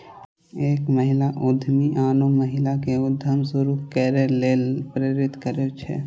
एक महिला उद्यमी आनो महिला कें उद्यम शुरू करै लेल प्रेरित करै छै